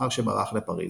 לאחר שברח לפריז.